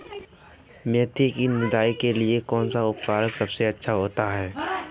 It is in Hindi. मेथी की निदाई के लिए कौन सा उपकरण सबसे अच्छा होता है?